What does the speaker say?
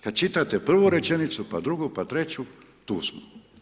Kada čitate prvu rečenicu, pa drugu, pa treću tu smo.